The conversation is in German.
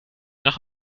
nach